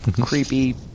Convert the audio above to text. creepy